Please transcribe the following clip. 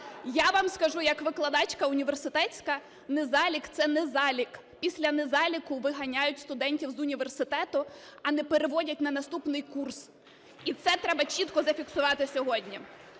Я вам скажу як викладачка університетська: незалік, це незалік. Після незаліку виганяють студентів з університету, а не переводять на наступний курс. І це треба чітко зафіксувати сьогодні.